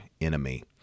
enemy